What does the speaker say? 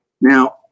Now